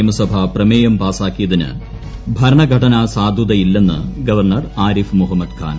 നിയമസഭ പ്രമേയം പാസ്സിട്ടുക്കിയതിന് ഭരണഘടനാ സാധുതയില്ലെന്ന് ഗവ്ദ്രണർ ആരിഫ് മുഹമ്മദ് ഖാൻ